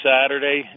Saturday